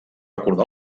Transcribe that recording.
acordar